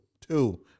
Two